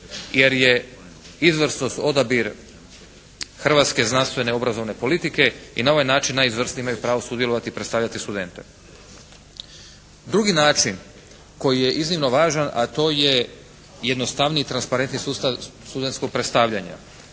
jer je izvrsnost odabir Hrvatske znanstvene obrazovne politike i na ovaj način najizvrsniji imaju pravo sudjelovati i predstavljati studente. Drugi način koji je iznimno važan, a to je jednostavniji i transparentniji sustav studentskog predstavljanja.